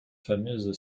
fameuse